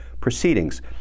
proceedings